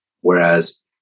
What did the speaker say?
whereas